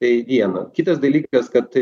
tai viena kitas dalykas kad